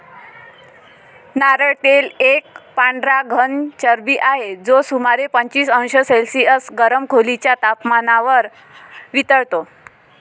नारळ तेल एक पांढरा घन चरबी आहे, जो सुमारे पंचवीस अंश सेल्सिअस गरम खोलीच्या तपमानावर वितळतो